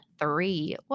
three